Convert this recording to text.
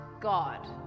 God